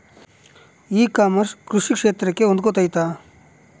E commerce ಕೃಷಿ ಕ್ಷೇತ್ರಕ್ಕೆ ಹೊಂದಿಕೊಳ್ತೈತಾ?